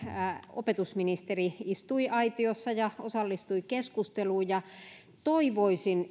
opetusministeri istui aitiossa ja osallistui keskusteluun toivoisin